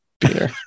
Peter